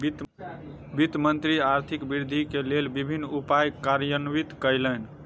वित्त मंत्री आर्थिक वृद्धि के लेल विभिन्न उपाय कार्यान्वित कयलैन